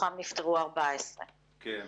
מתוכם נפטרו 14. כן.